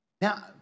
Now